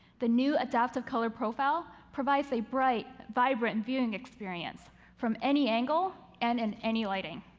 the new adaptive color profile provides a bright, vibrant viewing experience from any angle and in any lighting.